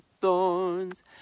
thorns